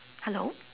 hello